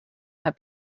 had